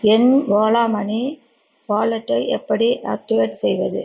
என் Ola money வாலெட்டை எப்படி activate செய்வது